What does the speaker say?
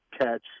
catch